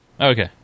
Okay